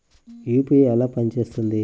UPI ఎలా పనిచేస్తుంది?